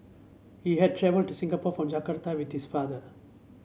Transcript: he had travelled to Singapore from Jakarta with his father